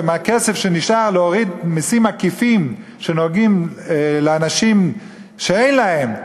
בכסף שנשאר להוריד מסים עקיפים שנוגעים לאנשים שאין להם,